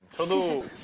hello.